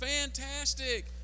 Fantastic